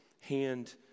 hand